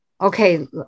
Okay